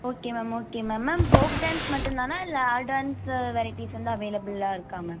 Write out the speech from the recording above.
okay ma'am okay ma'am ma'am folk dance மட்டும்தானா இல்லை all dance varieties வந்து அவைளபுலாக இருக்கா மேம்